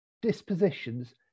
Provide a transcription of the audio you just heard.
dispositions